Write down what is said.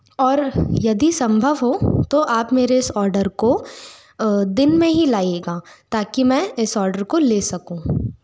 और यदि संभव हो तो आप मेरे इस आर्डर को दिन में ही लाइएगा ताकि मैं इस आर्डर को ले सकूं